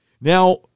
Now